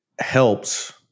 helps